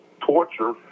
torture